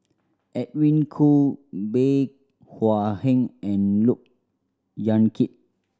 Edwin Koo Bey Hua Heng and Look Yan Kit